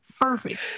Perfect